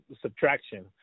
subtraction